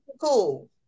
cool